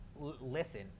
listen